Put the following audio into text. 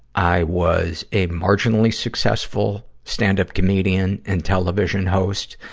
i was a marginally-successful stand-up comedian and television host,